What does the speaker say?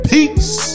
Peace